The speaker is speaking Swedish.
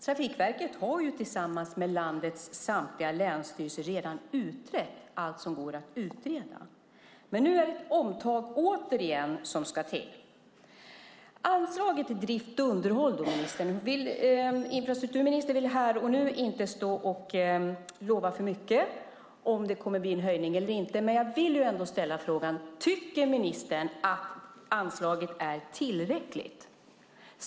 Trafikverket har tillsammans med landets samtliga länsstyrelser redan utrett allt som går att utreda. Nu är det omtag återigen. Infrastrukturministern vill inte här och nu lova för mycket om det ska bli en höjning eller ej till anslaget till drift och underhåll, men jag undrar ändå om ministern tycker att anslaget är tillräckligt.